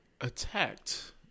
attacked